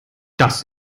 das